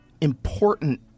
important